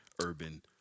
Urban